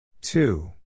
Two